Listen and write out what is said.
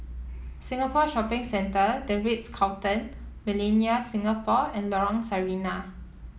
Singapore Shopping Centre The Ritz Carlton Millenia Singapore and Lorong Sarina